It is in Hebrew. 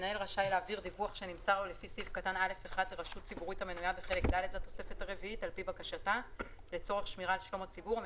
המנהל רשאי לקבוע ברישיון ספק גז תנאים בעניין מתן שירות לצרכני גז.